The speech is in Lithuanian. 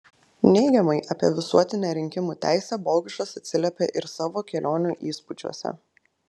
neigiamai apie visuotinę rinkimų teisę bogušas atsiliepė ir savo kelionių įspūdžiuose